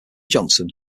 johnston